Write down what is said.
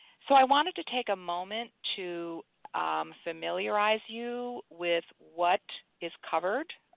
so i wanted to take a moment to familiarize you with what is covered